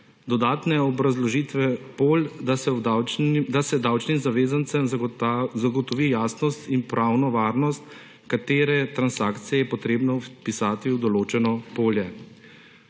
dodatne obrazložitve pol, da se davčnim zavezancem zagotovi jasnost in pravno varnost, katere transakcije je potrebno vpisati v določeno polje.